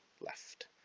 left